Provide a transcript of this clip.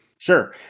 Sure